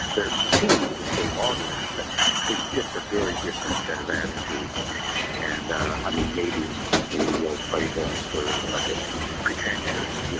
they are appealing to the same audience but it's just a very different set of attitude and i mean maybe maybe real playboys were a bit pretentious, yeah